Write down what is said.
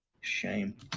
shame